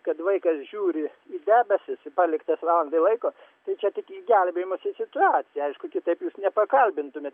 kad vaikas žiūri į debesis paliktas valandai laiko tai čia tik į gelbėjimosi situaciją aišku kitaip jūs ne pakalbintumėt